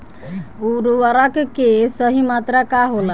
उर्वरक के सही मात्रा का होला?